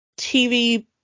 TV